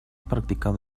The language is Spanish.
practicado